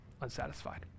unsatisfied